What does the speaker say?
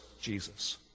Jesus